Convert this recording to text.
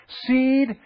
seed